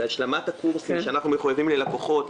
ולצורך השלמת הקורסים שאנחנו מחויבים ללקוחות,